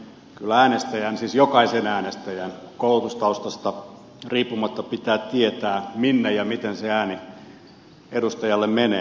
kyllä äänestäjän siis jokaisen äänestäjän koulutustaustasta riippumatta pitää tietää minne ja miten se ääni edustajalle menee